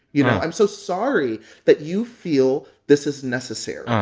you know, i'm so sorry that you feel this is necessary.